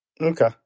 Okay